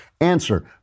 answer